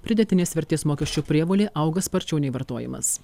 pridėtinės vertės mokesčio prievolė auga sparčiau nei vartojimas